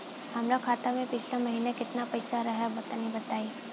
हमरा खाता मे पिछला महीना केतना पईसा रहे तनि बताई?